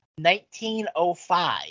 1905